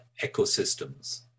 ecosystems